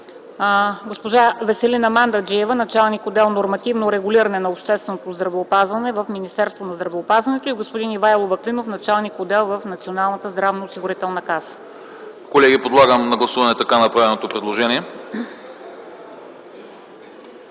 Колеги, подлагам на гласуване направеното предложение.